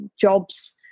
jobs